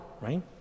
right